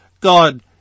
God